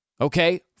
okay